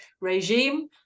regime